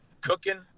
cooking